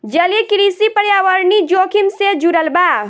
जलीय कृषि पर्यावरणीय जोखिम से जुड़ल बा